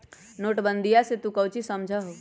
नोटबंदीया से तू काउची समझा हुँ?